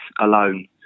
alone